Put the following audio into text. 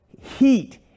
heat